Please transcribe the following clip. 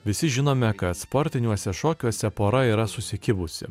visi žinome kad sportiniuose šokiuose pora yra susikibusi